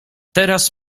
teraz